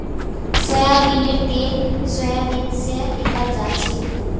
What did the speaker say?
सोयाबीनेर तेल सोयाबीन स निकलाल जाछेक